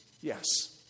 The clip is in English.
yes